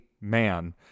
man